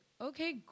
okay